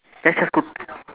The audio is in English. that sounds good